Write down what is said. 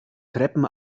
treppen